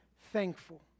thankful